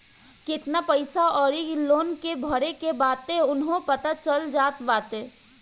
केतना पईसा अउरी लोन के भरे के बाटे उहो पता चल जात बाटे